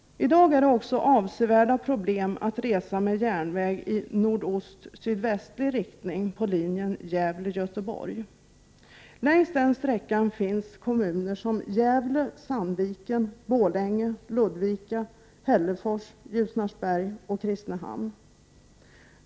I dag är det också avsevärda problem att resa med järnväg i nordostsydvästlig riktning på linjen Gävle-Göteborg. Längs den sträckan finns kommuner som Gävle, Sandviken, Borlänge, Ludvika, Hällefors, Ljusnarsberg och Kristinehamn.